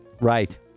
Right